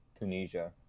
Tunisia